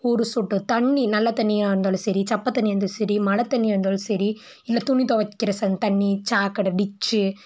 ஒரு சொட்டு தண்ணி நல்லத்தண்ணியாக இருந்தாலும் சரி சப்ப தண்ணியாக இருந்தாலும் சரி மழை தண்ணியாக இருந்தாலும் சரி இல்லை துணி துவைக்கிற தண்ணி சாக்கடை டிச்சி